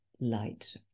light